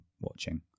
watching